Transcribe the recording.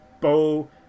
bow